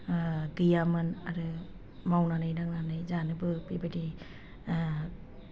गैयामोन आरो मावनानै दांनानै जानोबो बेबायदि